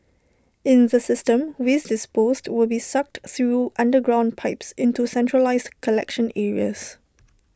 in the system waste disposed will be sucked through underground pipes into centralised collection areas